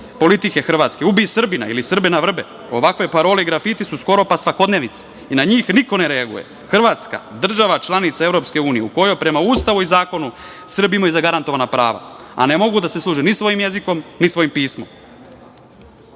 politike Hrvatske – ubi Srbina ili Srbe na vrbe. Ovakve parole i grafiti su skoro pa svakodnevnica i na njih niko ne reaguje. Hrvatska, država članica EU, u kojoj, prema Ustavu i zakonu, Srbi imaju zagarantovana prava, a ne mogu da se služe ni svojim jezikom, ni svojim pismom. Setimo